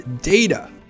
data